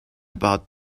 about